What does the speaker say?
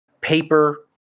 paper